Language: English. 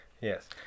Yes